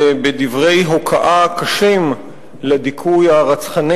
ובדברי הוקעה קשים לדיכוי הרצחני